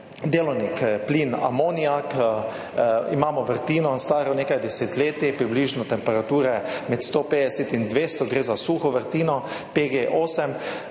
delovni plin amonijak, imamo vrtino, staro nekaj desetletij, približno temperaturo med 150 in 200, gre za suho vrtino Pg-8.